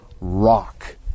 rock